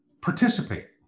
participate